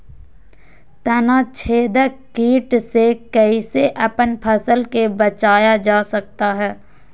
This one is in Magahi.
तनाछेदक किट से कैसे अपन फसल के बचाया जा सकता हैं?